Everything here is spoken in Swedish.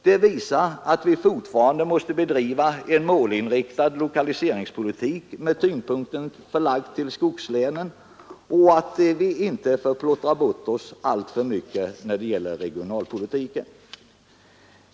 Det visar att vi fortfarande måste bedriva en målinriktad lokaliseringspolitik med tyngdpunkten förlagd till skogslänen och att vi inte får plottra bort oss alltför mycket när det gäller regionalpolitiken.